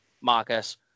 Marcus